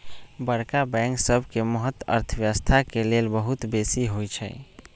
बड़का बैंक सबके महत्त अर्थव्यवस्था के लेल बहुत बेशी होइ छइ